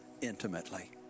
intimately